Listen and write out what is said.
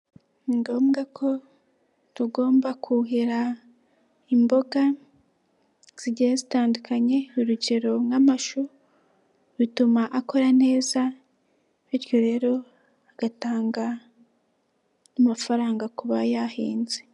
Ni ngombwa ko tugomba kuhira imboga zigiye zitandukanye; urugero nk'amashu bituma akura neza bityo rero agatanga amafaranga ku bayahinze.